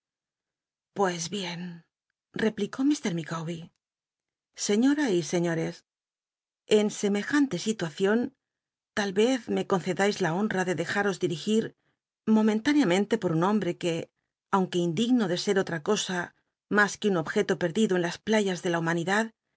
pues bien replicó ik lictlwber señora y señores en semejante situacion tal vez me conccdais la honra de dejaros dil'igi momentán eamente por un hombre que aunque indigno de ser otra cosa mas que un objeto perdido en las playas de la humanidad